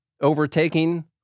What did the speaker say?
overtaking